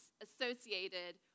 associated